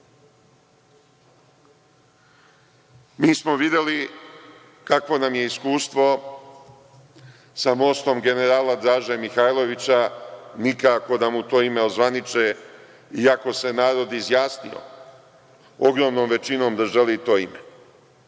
Mi smo videli kakvo nam je iskustvo sa mostom generala Draže Mihajlovića, nikako da mu to ime ozvaniče iako se narod izjasnio ogromnom većinom da želi to ime.